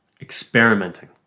experimenting